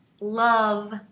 love